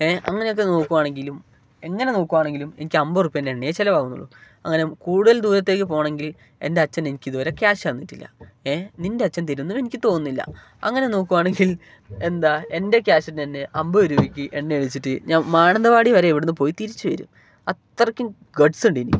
ഏഹ് അങ്ങനെയൊക്കെ നോക്കുവാണെങ്കിലും എങ്ങനെ നോക്കുവാണെങ്കിലും എനിക്ക് അൻപത് രൂപയുടെ എണ്ണയെ ചിലവാകുന്നുള്ളു അങ്ങനെ കൂടുതൽ ദൂരത്തേക്ക് പോകണമെങ്കിൽ എൻ്റെ അച്ഛൻ എനിക്കിത് വരെ ക്യാഷ് തന്നിട്ടില്ല ഏഹ് നിൻ്റെ അച്ഛൻ തരുമെന്ന് എനിക്ക് തോന്നുന്നില്ല അങ്ങനെ നോക്കുകയാണെങ്കിൽ എന്താ എൻ്റെ ക്യാഷിന് തന്നെ അമ്പത് രൂപയ്ക്ക് എണ്ണ അടിച്ചിറ്റ് ഞാൻ മാനന്തവാടി വരെ ഇവിടെ നിന്ന് പോയി തിരിച്ച് വരും അത്രക്കും ഗഡ്സ് ഉണ്ട് എനിക്ക്